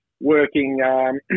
working